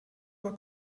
war